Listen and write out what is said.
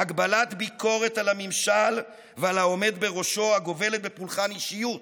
הגבלת ביקורת על הממשל ועל העומד בראשו הגובלת בפולחן אישיות